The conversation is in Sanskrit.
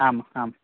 आम् आम्